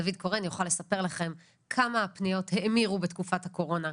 דוד קורן יוכל לספר לכם כמה הפניות האמירו בתקופת הקורונה,